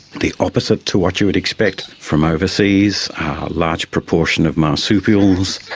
the opposite to what you would expect from overseas, a large proportion of marsupials.